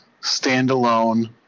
standalone